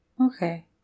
Okay